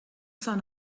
sun